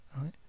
right